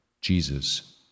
Jesus